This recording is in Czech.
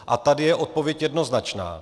A tady je odpověď jednoznačná.